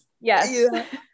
yes